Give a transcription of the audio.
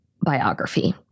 biography